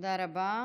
תודה רבה.